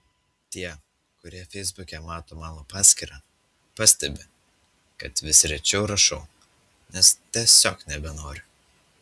tie kurie feisbuke mato mano paskyrą pastebi kad vis rečiau rašau nes tiesiog nebenoriu